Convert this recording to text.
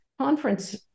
conference